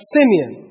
Simeon